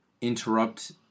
interrupt